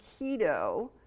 keto